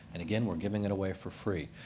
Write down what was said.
and again, we're giving it away for free.